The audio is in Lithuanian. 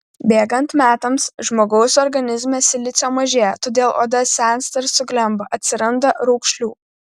bėgant metams žmogaus organizme silicio mažėja todėl oda sensta ir suglemba atsiranda raukšlių